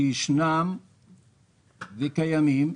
שישנם וקיימים?